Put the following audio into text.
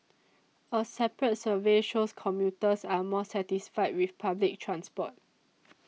a separate survey shows commuters are more satisfied with public transport